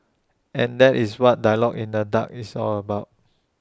and that is what dialogue in the dark is all about